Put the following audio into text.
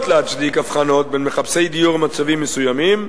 להצדיק הבחנות בין מחפשי דיור במצבים מסוימים,